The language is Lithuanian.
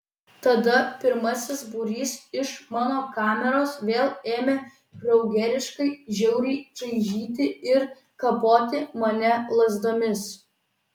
tada pirmasis būrys iš mano kameros vėl ėmė kraugeriškai žiauriai čaižyti ir kapoti mane lazdomis